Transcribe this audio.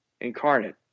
incarnate